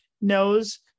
knows